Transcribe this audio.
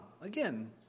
Again